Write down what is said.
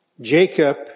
Jacob